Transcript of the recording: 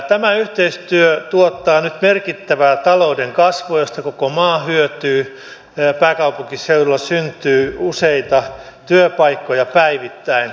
tämä yhteistyö tuottaa nyt merkittävää talouden kasvua josta koko maa hyötyy ja pääkaupunkiseudulla syntyy useita työpaikkoja päivittäin